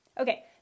Okay